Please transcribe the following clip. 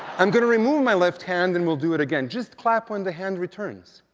i'm going to remove my left hand, and we'll do it again. just clap when the hand returns.